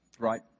Right